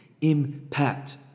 impact